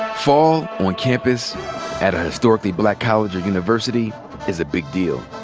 fall on campus at a historically black college or university is a big deal.